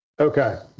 Okay